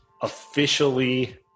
officially